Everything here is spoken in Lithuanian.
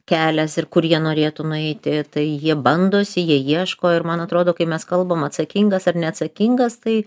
kelias ir kur jie norėtų nueiti tai jie bandosi jie ieško ir man atrodo kai mes kalbame atsakingas ar neatsakingas tai